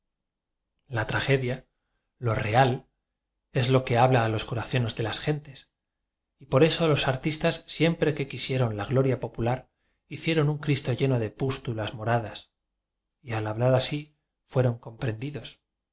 la tragedia lo real es lo que habla a los corazones de las gentes y por eso los ar tistas siempre que quisieron la gloria popu lar hicieron un cristo lleno de pústulas mo radas y al hablar así fueron comprendi